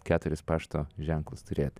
keturis pašto ženklus turėt